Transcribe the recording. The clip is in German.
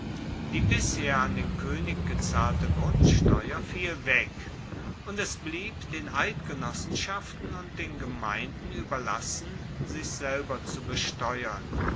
die bisher an den koenig gezahlte grundsteuer fiel weg und es blieb den eidgenossenschaften und den gemeinden ueberlassen sich selber zu besteuern